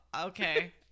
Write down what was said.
Okay